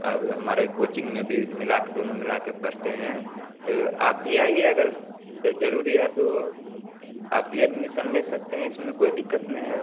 और हमारे कोचिंग में भी मिला कर दोनों मिला कर पढ़ते हैं तो आप भी आइए अगर ज़ ज़रूरी है तो आप भी एडमिसन ले सकते हैं इसमें कोई दिक़्क़त नहीं है